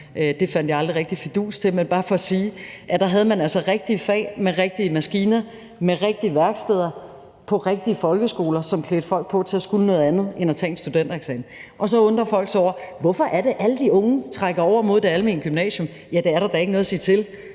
Det havde jeg aldrig rigtig fidus til, men det er bare for at sige, at der havde man altså rigtige fag med rigtige maskiner og med rigtige værksteder på rigtige folkeskoler, som klædte folk på til at skulle noget andet end at tage en studentereksamen. Og så undrer folk sig: Hvorfor er det, alle de unge trækker over mod det almene gymnasium? Ja, det er der da ikke noget at sige til,